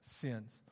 sins